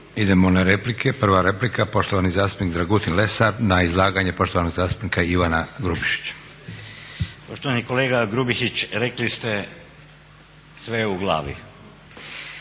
Idemo na replike. Prva replika poštovani zastupnik Dragutin Lesar na izlaganje poštovanog zastupnika Ivana Grubišića. **Lesar, Dragutin (Hrvatski laburisti